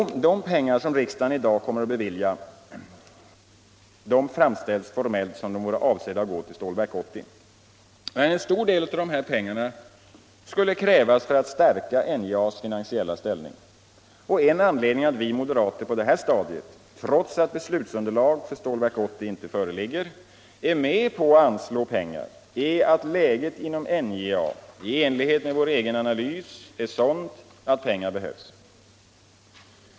Det framställs formellt som om de anslag riksdagen i dag kommer att bevilja vore avsedda att gå till Stålverk 80. Men en stor del av de här pengarna skulle krävas för att stärka NJA:s finansiella ställning. En anledning till att vi moderater på detta stadium, trots att beslutsunderlag för Stålverk 80 inte föreligger, är med på att anslå pengar är att läget inom NJA i enlighet med vår egen analys är sådant att pengar behövs.